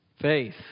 Faith